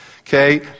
okay